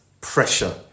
pressure